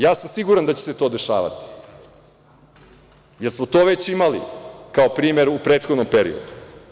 Ja sam siguran da će se to dešavati, jer smo to već imali kao primer u prethodnom periodu.